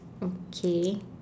okay